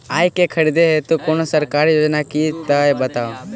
आइ केँ खरीदै हेतु कोनो सरकारी योजना छै तऽ बताउ?